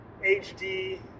HD